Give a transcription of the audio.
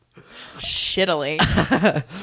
Shittily